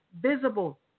visible